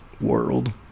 world